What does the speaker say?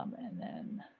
um and then